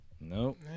Nope